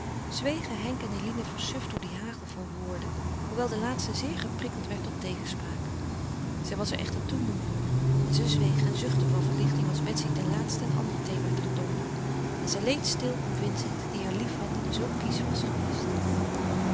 henk en eline versuft door dien hagel van woorden hoewel de laatste zeer geprikkeld werd tot tegenspraak zij was er echter te moê voor en ze zweeg en zuchtte van verlichting als betsy ten laatste een ander thema ter tong nam en zij leed stil om vincent die haar lief had en zoo kiesch was geweest